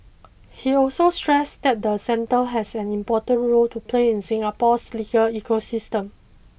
he also stressed that the centre has an important role to play in Singapore's legal ecosystem